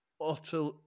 utter